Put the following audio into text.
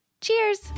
cheers